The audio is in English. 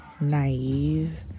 naive